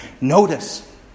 notice